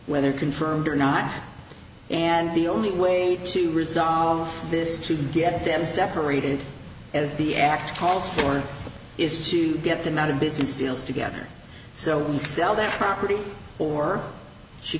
whether confirmed or not and the only way to resolve this to get them separated as the act calls for is to get them out of business deals together so we sell that property or she